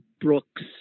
Brooks